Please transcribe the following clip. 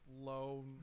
low